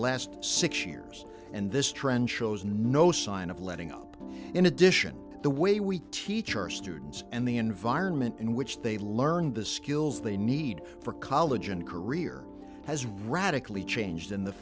last six years and this trend shows no sign of letting up in addition to the way we teach our students and the environment in which they learned the skills they need for college and career has radically changed in the